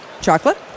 chocolate